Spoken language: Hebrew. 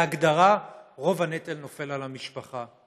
בהגדרה, רוב הנטל נופל על המשפחה.